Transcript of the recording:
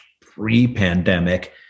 pre-pandemic